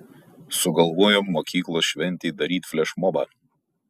sugalvojom mokyklos šventei daryt flešmobą